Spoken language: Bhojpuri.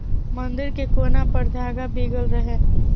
मंदिर के कोना पर धागा बीगल रहे